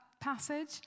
passage